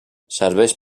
serveix